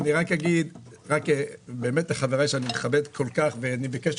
אגיד לחבריי שאני מכבד כל כך ואני בקשר